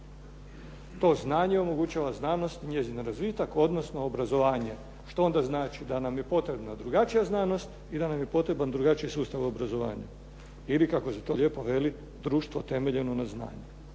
To znanje omogućava znanost i njezin razvitak odnosno obrazovanje što onda znači da nam je potrebna drugačija znanost i da nam je potreban drugačiji sustav obrazovanja ili kako se to lijepo veli društvo temeljeno na znanju.